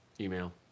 email